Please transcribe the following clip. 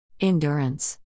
endurance